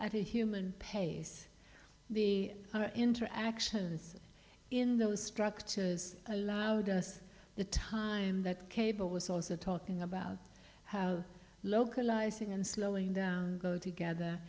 a human pace the interactions in those structures allowed us the time that cable was also talking about how localizing and slowing down go together